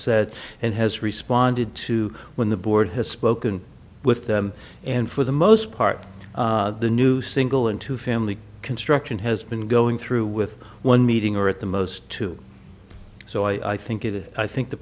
said and has responded to when the board has spoken with them and for the most part the new single into family construction has been going through with one meeting or at the most two so i think it is i think the